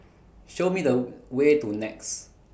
Show Me The Way to Nex